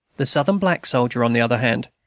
the southern black soldier, on the other hand,